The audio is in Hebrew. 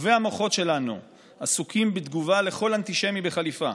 טובי המוחות שלנו עסוקים בתגובה לכל אנטישמי בחליפה.